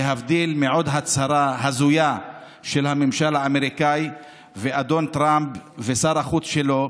להבדיל מעוד הצהרה הזויה של הממשל האמריקני ואדון טראמפ ושר החוץ שלו.